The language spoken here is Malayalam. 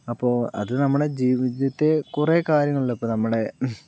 അപ്പോൾ അത് നമ്മുടെ ജീവിതത്തെ കുറെ കാര്യങ്ങളുണ്ട് ഇപ്പോൾ നമ്മുടെ